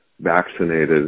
vaccinated